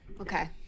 okay